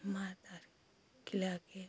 खिलाकर